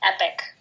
epic